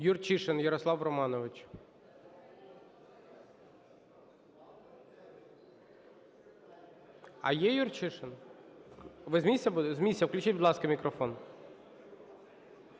Юрчишин Ярослав Романович. А є Юрчишин? Ви з місця? З місця включіть, будь ласка, мікрофон.